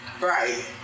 Right